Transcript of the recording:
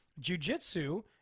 jujitsu